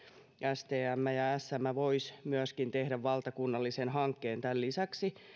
stm ja sm voisivat tämän lisäksi tehdä myöskin valtakunnallisen hankkeen